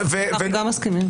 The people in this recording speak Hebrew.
מסכימים.